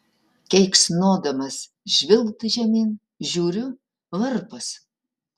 keiksnodamas žvilgt žemyn žiūriu varpas